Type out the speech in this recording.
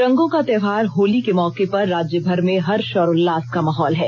रंगों का त्योहार होली के मौके पर राज्यभर में हर्ष और उल्लास का माहौल है